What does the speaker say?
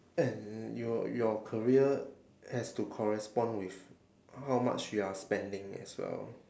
and your your career has to correspond with how much you are spending as well